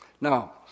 Now